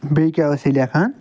بیٚیہِ کیاہ ٲس یہِ لیٚکھان